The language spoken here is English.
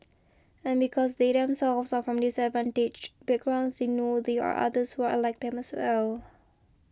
and because they themselves are from disadvantaged backgrounds they know there are others who are like them as well